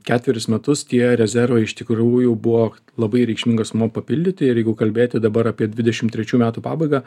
ketverius metus tie rezervai iš tikrųjų buvo labai reikšmingom sumom papildyti ir jeigu kalbėti dabar apie dvidešim trečių metų pabaigą